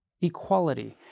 equality